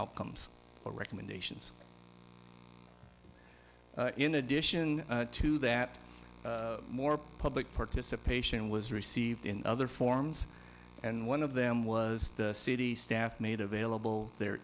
outcomes or recommendations in addition to that more public participation was received in other forms and one of them was the city staff made available their